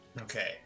Okay